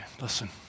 Listen